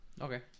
Okay